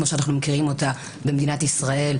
כמו שאנחנו מכירים במדינת ישראל,